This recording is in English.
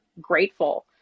grateful